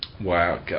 Wow